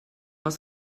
was